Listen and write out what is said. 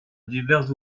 divers